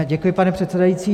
Děkuji, pane předsedající.